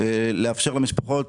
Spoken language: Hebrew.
לאפשר למשפחות